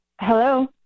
Hello